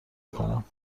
میکنم